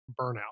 burnout